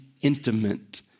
intimate